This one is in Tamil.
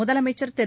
முதலமைச்சர் திரூ